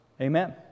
Amen